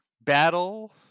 battle